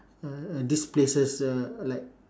a a this places uh like